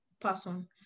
person